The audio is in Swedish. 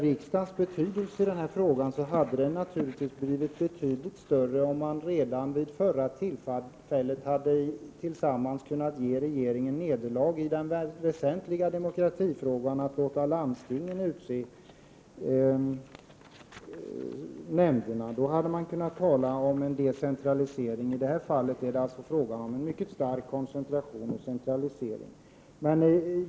Riksdagens betydelse i denna fråga hade naturligtvis blivit betydligt större om man redan vid det tidigare tillfället tillsammans hade kunnat tillfoga regeringen nederlag i den väsentliga demokratifrågan, att låta landstingen utse nämnderna. Då hade man kunnat tala om en decentralisering. I detta fall är det alltså fråga om en mycket stark koncentration och centralisering.